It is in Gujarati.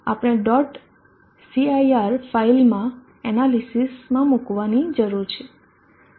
આપણે dot cir ફાઇલમાં એનાલિસિસમાં મૂકવાની જરૂર છે